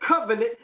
covenant